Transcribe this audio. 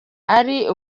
ari